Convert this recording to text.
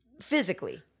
Physically